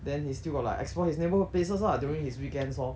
then he still got like explore his neighbourhood places lah during his weekends lor